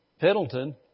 Pendleton